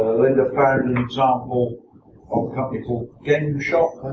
linda found an example of a company called gameshop,